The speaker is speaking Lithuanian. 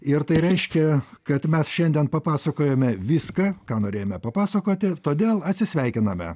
ir tai reiškia kad mes šiandien papasakojome viską ką norėjome papasakoti todėl atsisveikiname